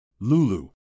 Lulu